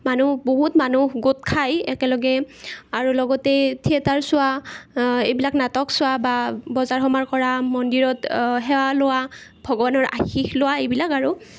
মানুহ বহুত মানুহ গোট খায় একেলগে আৰু লগতে থিয়েটাৰ চোৱা এইবিলাক নাটক চোৱা বজাৰ সমাৰ কৰা মন্দিৰত সেৱা লোৱা ভগৱানৰ আশীষ লোৱা এইবিলাক আৰু